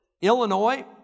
Illinois